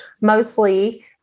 mostly